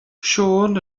siôn